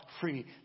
free